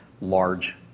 large